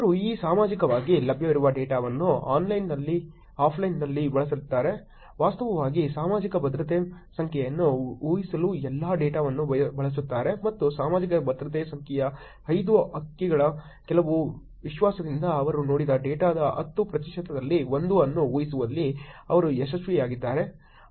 ಅವರು ಈ ಸಾರ್ವಜನಿಕವಾಗಿ ಲಭ್ಯವಿರುವ ಡೇಟಾವನ್ನು ಆನ್ಲೈನ್ನಲ್ಲಿ ಆಫ್ಲೈನ್ನಲ್ಲಿ ಬಳಸುತ್ತಾರೆ ವಾಸ್ತವವಾಗಿ ಸಾಮಾಜಿಕ ಭದ್ರತೆ ಸಂಖ್ಯೆಯನ್ನು ಊಹಿಸಲು ಎಲ್ಲಾ ಡೇಟಾವನ್ನು ಬಳಸುತ್ತಾರೆ ಮತ್ತು ಸಾಮಾಜಿಕ ಭದ್ರತೆ ಸಂಖ್ಯೆಯ ಐದು ಅಂಕಿಗಳ ಕೆಲವು ವಿಶ್ವಾಸದಿಂದ ಅವರು ನೋಡಿದ ಡೇಟಾದ 10 ಪ್ರತಿಶತದಲ್ಲಿ 1 ಅನ್ನು ಊಹಿಸುವಲ್ಲಿ ಅವರು ಯಶಸ್ವಿಯಾಗಿದ್ದಾರೆ